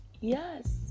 Yes